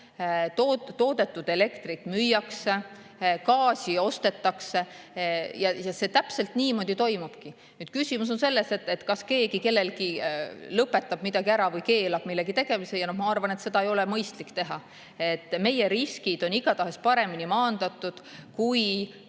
toodetud elektrit müüakse, gaasi ostetakse ja see täpselt niimoodi toimubki. Küsimus on selles, kas keegi kellelgi lõpetab midagi ära või keelab millegi tegemise. Ma arvan, et seda ei ole mõistlik teha. Meie riskid on igatahes paremini maandatud, kui